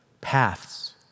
paths